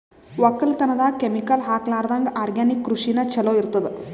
ಒಕ್ಕಲತನದಾಗ ಕೆಮಿಕಲ್ ಹಾಕಲಾರದಂಗ ಆರ್ಗ್ಯಾನಿಕ್ ಕೃಷಿನ ಚಲೋ ಇರತದ